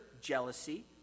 jealousy